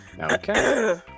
Okay